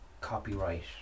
copyright